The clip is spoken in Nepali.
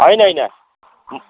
होइन होइन